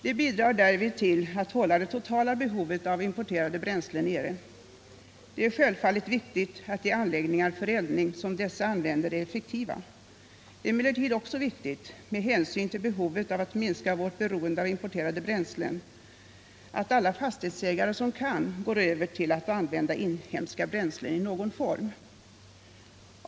De bidrar därvid till att hålla det totala behovet av importerade bränslen nere. Det är självfallet viktigt att de anläggningar för eldning som dessa använder är effektiva. Det är emellertid också viktigt med hänsyn till behovet av att minska vårt beroende av importerade bränslen att alla fastighetsägare, som kan, går över till att använda inhemska bränslen i någon form.